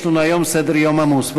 יש לנו היום סדר-יום עמוס.